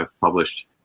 published